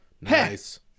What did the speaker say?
Nice